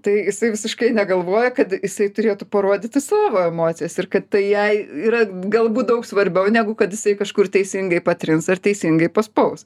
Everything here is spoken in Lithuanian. tai jisai visiškai negalvoja kad jisai turėtų parodyti savo emocijas ir kad tai jai yra galbūt daug svarbiau negu kad jisai kažkur teisingai patrins ar teisingai paspaus